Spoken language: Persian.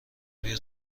بیا